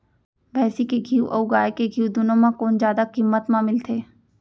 भैंसी के घीव अऊ गाय के घीव दूनो म कोन जादा किम्मत म मिलथे?